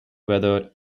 whether